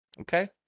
Okay